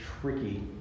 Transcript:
tricky